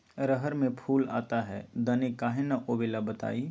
रहर मे फूल आता हैं दने काहे न आबेले बताई?